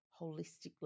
holistically